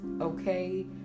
okay